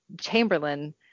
Chamberlain